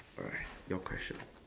alright your question